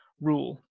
rule